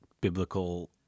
biblical